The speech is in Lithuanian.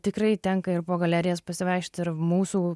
tikrai tenka ir po galerijas pasivaikščiot ir mūsų